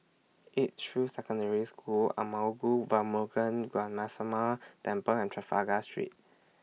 Edgefield Secondary School Arulmigu Velmurugan Temple and Trafalgar Street